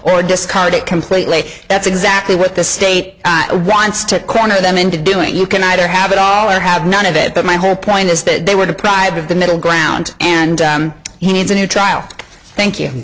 or discard it completely that's exactly what the state wants to corner them into doing you can either have it all or have none of it but my whole point is that they were deprived of the middle ground and he needs a new trial thank you